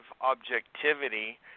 objectivity